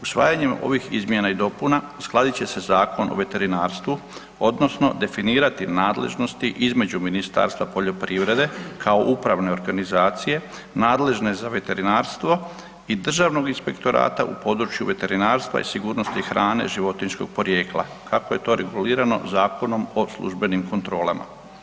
Usvajanjem ovih izmjena i dopuna uskladit će se Zakon o veterinarstvu odnosno definirati nadležnosti između Ministarstva poljoprivrede kao upravne organizacije nadležne za veterinarstvo i Državnog inspektorata u području veterinarstva i sigurnosti hrane životinjskog porijekla kako je to regulirano Zakonom o službenim kontrolama.